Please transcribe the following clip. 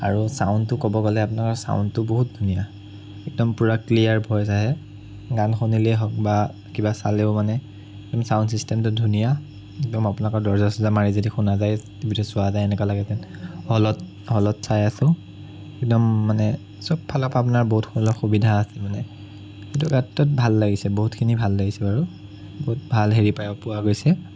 আৰু ছাউণ্ডটো ক'ব গ'লে আপোনালোকৰ ছাউণ্ডটো বহুত ধুনীয়া একদম পুৰা ক্লিয়াৰ ভইচ আহে গান শুনিলেও হওক বা কিবা চালেও মানে একদম ছাউণ্ড চিষ্টেমটো ধুনীয়া একদম আপোনালোকৰ দৰজা চৰজা মাৰি যদি শুনা যায় টিভিটো চোৱা যায় এনেকুৱা লাগে যেন হলত হলত চাই আছো একদম মানে চব ফালৰ পৰা আপোনাৰ বহুতখিনি সুবিধা আছে মানে এইটো ক্ষেত্ৰত বহুতখিনি ভাল লাগিছে বাৰু বহুত ভাল হেৰি পায় পোৱা গৈছে